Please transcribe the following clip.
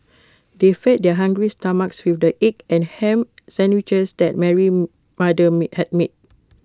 they fed their hungry stomachs with the egg and Ham Sandwiches that Mary's mother had made